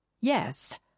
Yes